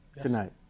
tonight